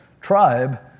tribe